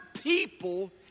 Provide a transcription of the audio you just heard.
people